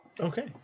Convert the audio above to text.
Okay